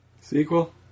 Sequel